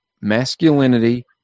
masculinity